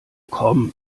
komm